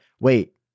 wait